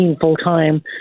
full-time